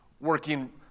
working